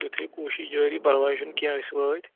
تُہۍ تھٲیِو کوٗشِش جٲری پَرواے چھُنہٕ کیٚنٛہہ أسۍ وٲتۍ